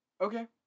Okay